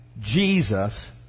Jesus